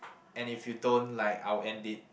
and if you don't like I will end it